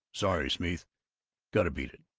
sorry, smeeth got to beat it.